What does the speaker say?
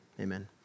Amen